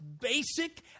basic